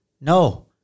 No